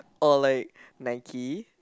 or like Nike